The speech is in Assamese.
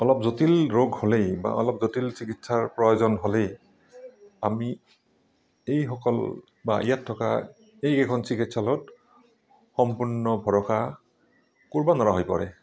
অলপ জটিল ৰোগ হ'লে বা অলপ জটিল চিকিৎসাৰ প্ৰয়োজন হ'লেই আমি এইসকল বা ইয়াত থকা এইকেইখন চিকিৎসালয়ত সম্পূৰ্ণ ভৰষা কৰিব নোৱাৰা হৈ পৰে